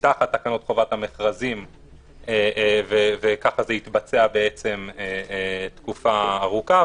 תחת תקנות חובת המכרזים וככה זה התבצע תקופה ארוכה,